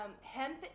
Hemp